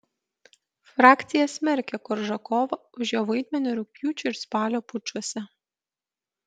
frakcija smerkia koržakovą už jo vaidmenį rugpjūčio ir spalio pučuose